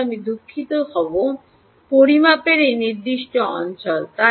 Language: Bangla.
এখন আমি দুঃখিত হবে পরিমাপের এই নির্দিষ্ট অঞ্চল